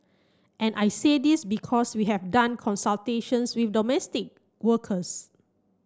and I say this because we have done consultations with domestic workers